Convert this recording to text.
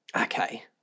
Okay